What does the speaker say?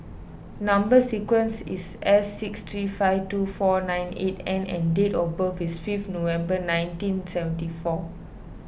Number Sequence is S six three five two four nine eight N and date of birth is five November nineteen seventy four